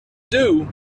due